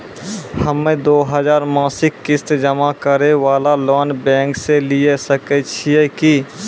हम्मय दो हजार मासिक किस्त जमा करे वाला लोन बैंक से लिये सकय छियै की?